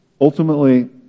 Ultimately